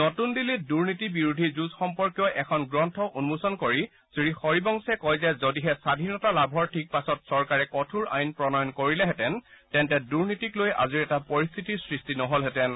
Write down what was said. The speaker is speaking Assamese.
নতুন দিল্লীত দুৰ্নীতি বিৰোধী যুঁজ সম্পৰ্কীয় এখন গ্ৰন্থ উন্মোচন কৰি শ্ৰী হৰিবংশে কয় যে যদিহে স্বাধীনতা লাভৰ ঠিক পাছত চৰকাৰে কঠোৰ আইন প্ৰণয়ণ কৰিলেহেতেন তেন্তে দুনীতিক লৈ আজিৰ এটা পৰিস্থিতি সৃষ্টি নহলহেতেন